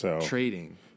Trading